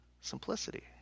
Simplicity